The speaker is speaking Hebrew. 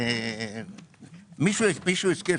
מישהו הזכיר,